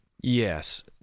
Yes